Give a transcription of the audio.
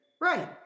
Right